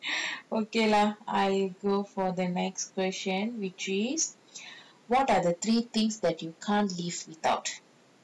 okay lah I go for the next question which is what are the three things that you can't live without